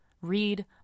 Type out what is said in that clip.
read